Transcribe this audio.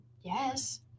Yes